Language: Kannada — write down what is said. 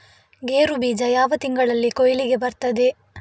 ಗೇರು ಬೀಜ ಯಾವ ತಿಂಗಳಲ್ಲಿ ಕೊಯ್ಲಿಗೆ ಬರ್ತದೆ?